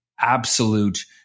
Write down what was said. absolute